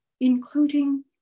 including